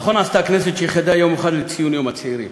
נכון עשתה הכנסת שייחדה יום מיוחד לציון יום הצעירים.